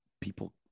people